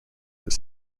that